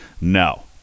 No